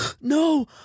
no